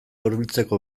hurbiltzeko